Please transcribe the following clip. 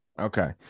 Okay